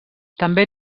també